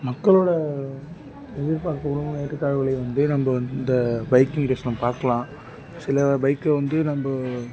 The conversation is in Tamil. மக்களோட எதிர்பார்ப்புகளும் ஏற்றத்தாழ்வுகளையும் வந்து நம்ப வந் இந்த பைக்கிங் ரேஸ் நம் பார்க்கலாம் சில பைக்கை வந்து நம்ப